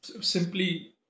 simply